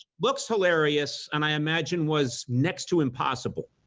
looks hilarious and i imagine was next to impossible.